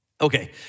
Okay